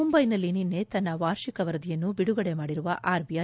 ಮುಂಬೈನಲ್ಲಿ ನಿನ್ನೆ ತನ್ನ ವಾರ್ಷಿಕ ವರದಿಯನ್ನು ಬಿಡುಗಡೆ ಮಾಡಿರುವ ಆರ್ಬಿಐ